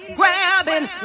grabbing